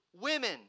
women